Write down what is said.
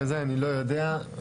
אני לא יודע.